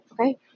okay